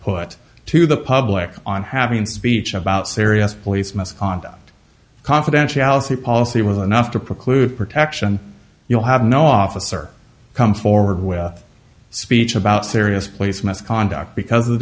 put to the public on having speech about serious police misconduct confidentiality policy with enough to preclude protection you'll have no officer come forward with a speech about serious place misconduct because